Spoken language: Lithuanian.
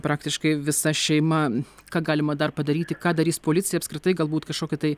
praktiškai visa šeima ką galima dar padaryti ką darys policija apskritai galbūt kažkokie tai